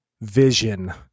vision